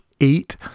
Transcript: eight